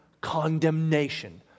condemnation